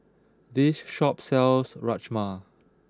this shop sells Rajma